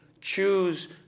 choose